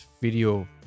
video